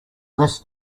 less